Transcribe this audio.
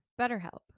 BetterHelp